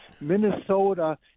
Minnesota